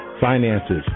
finances